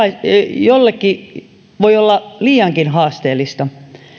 jollekin voi olla liiankin haasteellista